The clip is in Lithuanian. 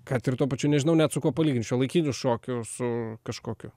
kad ir tuo pačiu nežinau net su kuo palygint šiuolaikiniu šokiu su kažkokiu